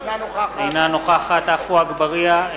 אינה נוכחת עפו אגבאריה,